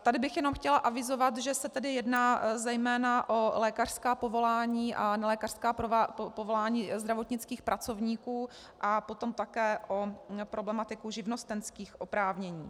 Tady bych jenom chtěla avizovat, že se tedy jedná zejména o lékařská povolání a nelékařská povolání zdravotnických pracovníků a potom také o problematiku živnostenských oprávnění.